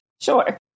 Sure